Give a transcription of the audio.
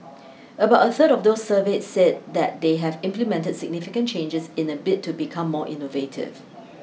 about a third of those surveyed said that they have implemented significant changes in a bid to become more innovative